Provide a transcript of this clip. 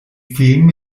film